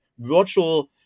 virtual